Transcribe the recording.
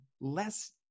less